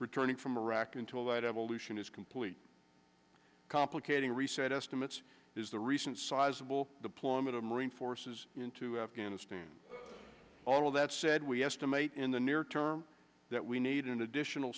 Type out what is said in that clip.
returning from iraq until that evolution is complete complicating reset estimates is the recent sizable deployment of marine forces into afghanistan all of that said we estimate in the near term that we need an additional